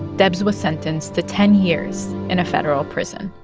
debs was sentenced to ten years in a federal prison